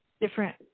different